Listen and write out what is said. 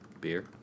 beer